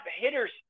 hitters